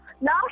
Now